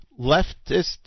leftist